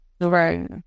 Right